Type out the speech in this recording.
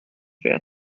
wer